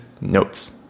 notes